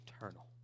eternal